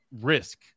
risk